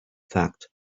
fact